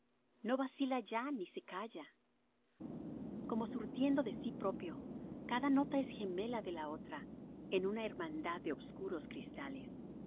no vacila ya ni se calla como surtiendo de sí propio cada nota es gemela de la otra en una hermandad de obscuros cristales